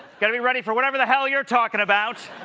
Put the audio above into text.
got to be ready for whatever the hell you're talking about.